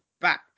back